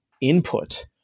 input